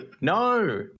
no